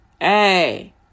Hey